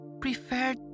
preferred